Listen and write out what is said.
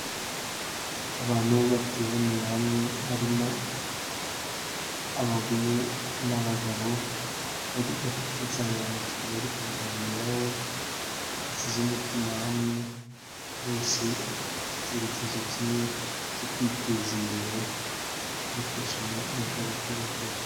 Abantu bateraniye hamwe, harimo abagore n'abagabo, bari bafite insanganyamatsiko bari kuganiraho, bashyize umutima hamwe, bose bafite icyerekezo kimwe cyo kwiteza imbere, bafashanya mu byo bakora byose.